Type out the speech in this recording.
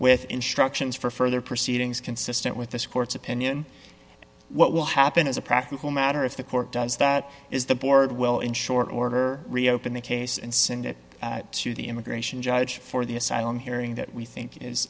with instructions for further proceedings consistent with this court's opinion what will happen as a practical matter if the court does that is the board will in short order reopen the case and send it to the immigration judge for the asylum hearing that we think is